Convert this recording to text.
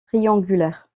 triangulaire